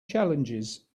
challenges